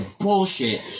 bullshit